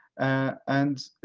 and